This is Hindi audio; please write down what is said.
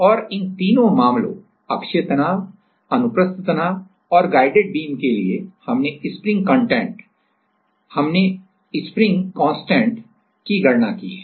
और इन तीनों मामलों अक्षीय तनाव अनुप्रस्थ तनाव और गाइडेड बीम के लिए हमने स्प्रिंग कांस्टेंट स्थिरांक की गणना की है